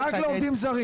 רק לעובדים זרים.